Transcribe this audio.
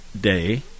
Day